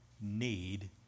need